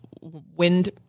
Wind